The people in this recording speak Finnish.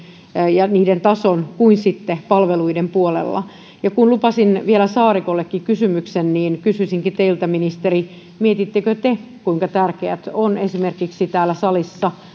ja niiden tason kuin sitten palveluiden puolella ja kun lupasin vielä saarikollekin kysymyksen niin kysyisinkin teiltä ministeri mietittekö te kuinka tärkeitä ovat esimerkiksi täällä salissa